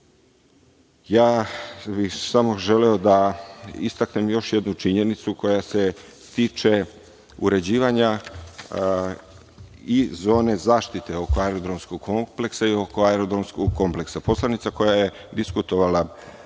bih samo želeo da istaknem još jednu činjenicu koja se tiče uređivanja i zone zaštite oko aerodromskog kompleksa. Poslanica koja je diskutovala